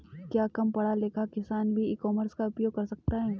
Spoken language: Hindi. क्या कम पढ़ा लिखा किसान भी ई कॉमर्स का उपयोग कर सकता है?